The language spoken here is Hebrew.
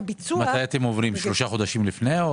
מתי אתם עוברים לתקציב בחירות, 3 חודשים לפני?